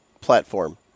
platform